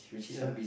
ya